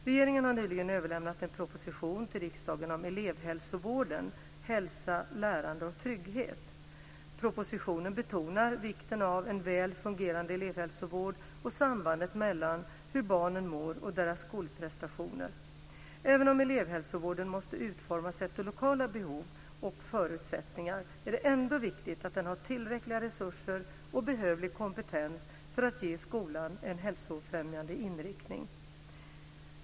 Regeringen har nyligen överlämnat en proposition till riksdagen om elevhälsovården, Hälsa, lärande och trygghet . Propositionen betonar vikten av en väl fungerande elevhälsovård och sambandet mellan hur barnen mår och deras skolprestationer. Även om elevhälsovården måste utformas efter lokala behov och förutsättningar är det ändå viktigt att den har tillräckliga resurser och behövlig kompetens för att ge skolan en hälsofrämjande inriktning.